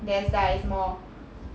there is like 什么